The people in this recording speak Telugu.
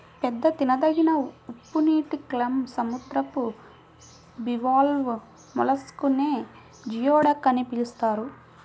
పెద్ద తినదగిన ఉప్పునీటి క్లామ్, సముద్రపు బివాల్వ్ మొలస్క్ నే జియోడక్ అని పిలుస్తారు